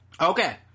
Okay